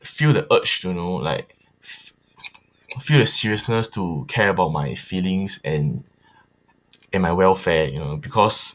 feel the urge you know like feel feel the seriousness to care about my feelings and and my welfare you know because